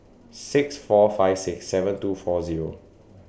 six four five six seven two four Zero